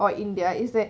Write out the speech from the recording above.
or in there is that